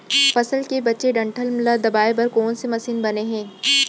फसल के बचे डंठल ल दबाये बर कोन से मशीन बने हे?